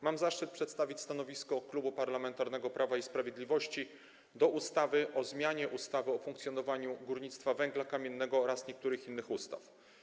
Mam zaszczyt przedstawić stanowisko Klubu Parlamentarnego Prawo i Sprawiedliwość wobec projektu ustawy o zmianie ustawy o funkcjonowaniu górnictwa węgla kamiennego oraz niektórych innych ustaw.